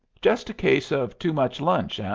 just a case of too much lunch, ah?